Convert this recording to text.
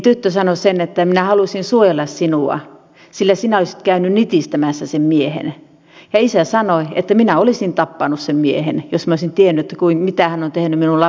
tyttö sanoi että minä halusin suojella sinua sillä sinä olisit käynyt nitistämässä sen miehen ja isä sanoi että minä olisin tappanut sen miehen jos minä olisin tiennyt mitä hän on tehnyt minun lapselleni